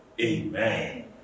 Amen